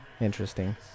interesting